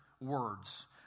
words